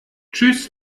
tschüss